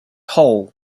hole